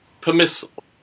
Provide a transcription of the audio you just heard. permissible